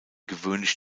gewöhnlich